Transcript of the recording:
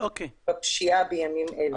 הפשיעה בימים אלה.